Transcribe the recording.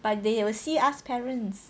but they will see us parents